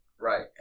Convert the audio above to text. right